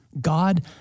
God